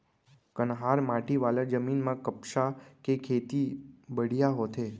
कन्हार माटी वाला जमीन म कपसा के खेती बड़िहा होथे